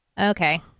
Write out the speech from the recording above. Okay